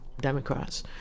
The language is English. Democrats